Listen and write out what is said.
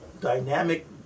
dynamic